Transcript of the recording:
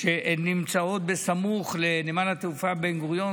שנמצאות בסמוך לנמל התעופה בן-גוריון,